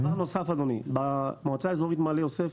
דבר נוסף, אדוני, במועצה האזורית מעלה יוסף